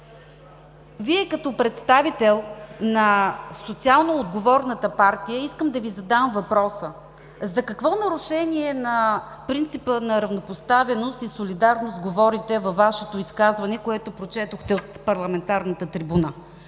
Като представител на социално отговорната партия, искам да Ви задам въпроса: за какво нарушение на принципа на равнопоставеност и солидарност говорите във Вашето изказване, което прочетохте от парламентарната трибуна?